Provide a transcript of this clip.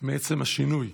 מעצם השינוי?